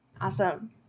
Awesome